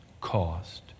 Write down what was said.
cost